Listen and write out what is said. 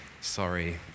sorry